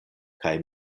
kaj